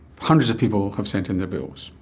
hundreds of people have sent in their bills,